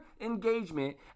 Engagement